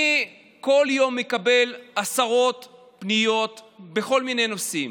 כל יום אני מקבל עשרות פניות בכל מיני נושאים,